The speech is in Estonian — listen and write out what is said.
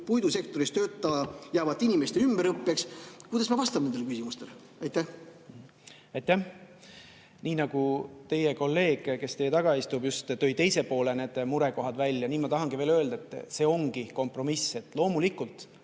puidusektoris tööta jäävate inimeste ümberõppeks? Kuidas ma vastan nendele küsimustele? Aitäh! Teie kolleeg, kes teie taga istub, just tõi teise poole need murekohad välja. Ma tahangi veel öelda, et see ongi kompromiss. Loomulikult